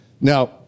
Now